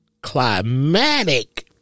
climatic